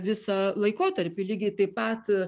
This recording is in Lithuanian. visą laikotarpį lygiai taip pat